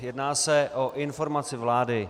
Jedná se o informaci vlády.